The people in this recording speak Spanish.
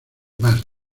más